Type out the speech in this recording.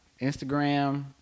Instagram